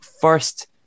first